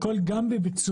הכול גם בביצוע.